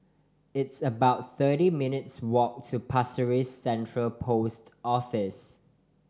it's about thirty minutes' walk to Pasir Ris Central Post Office